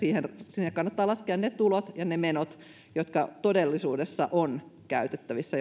sinne kannattaa laskea ne tulot ja ne menot jotka todellisuudessa ovat käytettävissä